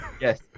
Yes